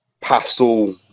pastel